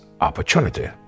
opportunity